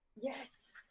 Yes